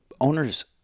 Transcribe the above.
Owners